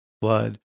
blood